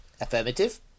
Affirmative